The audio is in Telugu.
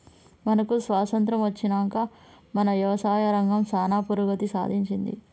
మనకు స్వాతంత్య్రం అచ్చినంక మన యవసాయ రంగం సానా పురోగతి సాధించింది